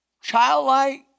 Childlike